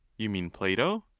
you mean plato.